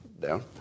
down